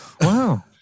Wow